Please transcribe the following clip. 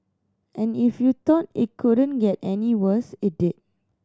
and if you thought it couldn't get any worse it did